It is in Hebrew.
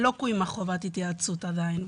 שלא קוימה חובת התייעצות עדיין.